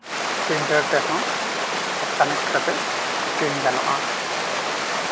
Twitter ᱛᱮᱦᱚᱸ connect ᱠᱟᱛᱮ print ᱜᱟᱱᱚᱜᱼᱟ